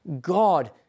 God